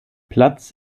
platz